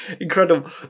Incredible